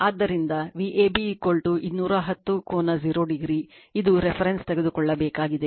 ಆದ್ದರಿಂದ Vab 210 ಕೋನ 0o ಇದು ರೆಫರೆನ್ಸ್ ತೆಗೆದುಕೊಳ್ಳಬೇಕಾಗಿದೆ